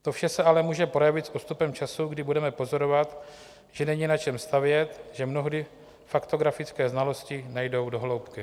To vše se ale může projevit s odstupem času, kdy budeme pozorovat, že není na čem stavět, že mnohdy faktografické znalosti nejdou do hloubky.